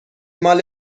مال